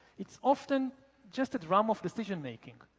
it's often just a drama of decision-making.